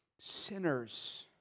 sinners